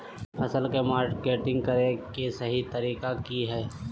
फसल के मार्केटिंग करें कि सही तरीका की हय?